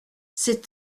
c’est